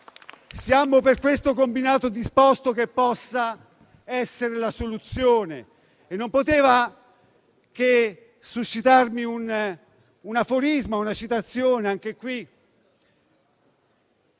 siamo per questo combinato disposto, che possa essere la soluzione. Ed esso non poteva che suscitarmi un aforisma, una citazione, che più